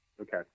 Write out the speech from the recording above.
Okay